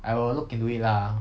I will look into it lah